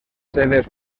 seves